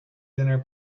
dinner